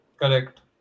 correct